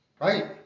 Right